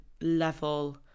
level